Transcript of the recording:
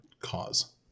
cause